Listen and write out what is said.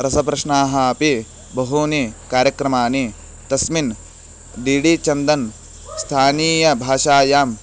रसप्रश्नाः अपि बहूनि कार्यक्रमानि तस्मिन् डी डी चन्दन् स्थानीयभाषायां